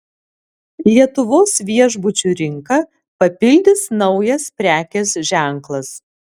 lietuvos viešbučių rinką papildys naujas prekės ženklas